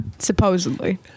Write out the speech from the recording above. Supposedly